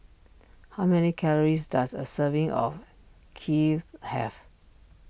how many calories does a serving of Kheer have